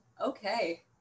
Okay